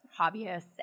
hobbyists